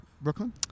Brooklyn